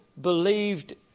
believed